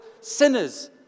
sinners